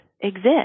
exist